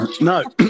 No